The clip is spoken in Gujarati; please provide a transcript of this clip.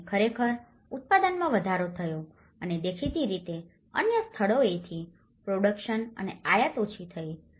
અને ખરેખર ઉત્પાદનમાં વધારો થયો છે અને દેખીતી રીતે અન્ય સ્થળોએથી પ્રોડક્શન્સ અને આયાત ઓછી થઈ છે